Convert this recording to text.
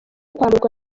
kwamburwa